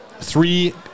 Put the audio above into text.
three